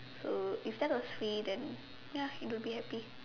so if that was free then ya it would be happy